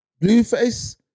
Blueface